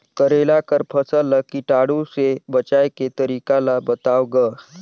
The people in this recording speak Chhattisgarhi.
करेला कर फसल ल कीटाणु से बचाय के तरीका ला बताव ग?